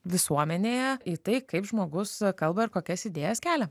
visuomenėje į tai kaip žmogus kalba ir kokias idėjas kelia